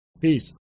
Peace